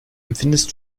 empfindest